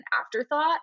afterthought